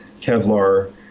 Kevlar